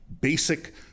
basic